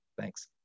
Thanks